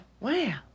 Wow